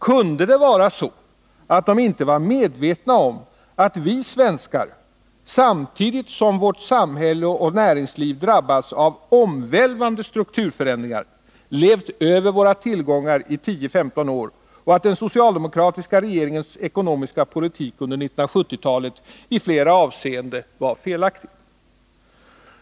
Kunde det vara så att de inte var medvetna om att vi svenskar, samtidigt som vårt samhälle och näringsliv drabbats av omvälvande strukturförändringar, levt över våra tillgångar i 10-15 år, och att den socialdemokratiska regeringens ekonomiska politik under 1970-talet i flera avseenden var felaktig?